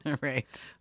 Right